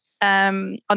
On